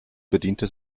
bediente